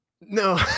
No